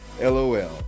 LOL